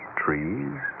Trees